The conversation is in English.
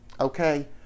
Okay